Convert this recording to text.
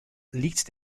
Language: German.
liegt